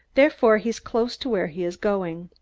therefore he's close to where he is going.